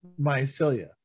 mycelia